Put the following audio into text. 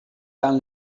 tant